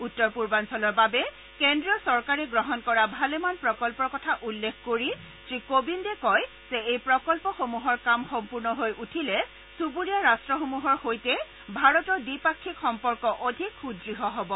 উত্তৰ পূৰ্বাঞ্চলৰ বাবে কেন্দ্ৰীয় চৰকাৰে গ্ৰহণ কৰা ভালেমান প্ৰকল্পৰ কথা উল্লেখ কৰি শ্ৰী কোৱিন্দে কয় যে এই প্ৰকল্পসমূহৰ কাম সম্পূৰ্ণ হৈ উঠিলে চুবুৰীয়া ৰাট্টসমূহৰ সৈতে ভাৰতৰ দ্বি পাক্ষিক সম্পৰ্ক অধিক সদ্দ হব